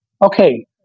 Okay